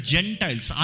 Gentiles